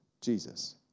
Jesus